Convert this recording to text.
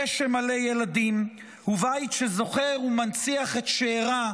דשא מלא ילדים ובית שזוכר ומנציח את שאירע,